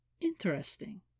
interesting